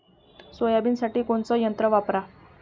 सोयाबीनसाठी कोनचं यंत्र वापरा?